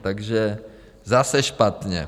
Takže zase špatně.